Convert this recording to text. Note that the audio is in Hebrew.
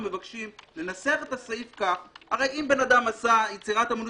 ולכן אנחנו מבקשים לנסח את הסעיף כך הרי אם אדם עשה יצירת אומנות,